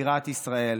בירת ישראל.